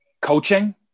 Coaching